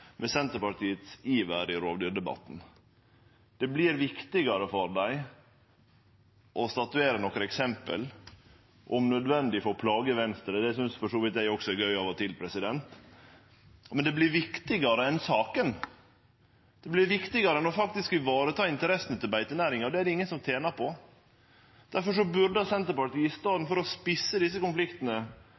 med Senterpartiets iver i rovdyrdebatten. Det vert viktigare for dei å statuere nokre eksempel, om nødvendig for å plage Venstre – det synest for så vidt eg også er gøy av og til – men det vert viktigare enn saka. Det vert viktigare enn faktisk å ivareta interessa til beitenæringa, og det er det ingen som tener på. Difor burde Senterpartiet, i staden for å spisse desse